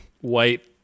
white